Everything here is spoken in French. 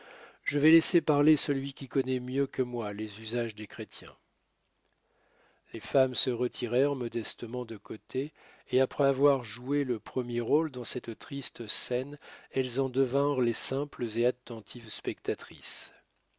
je vais laisser parler celui qui connaît mieux que moi les usages des chrétiens les femmes se retirèrent modestement de côté et après avoir joué le premier rôle dans cette triste scène elles en devinrent les simples et attentives spectatrices